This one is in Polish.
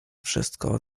wszystko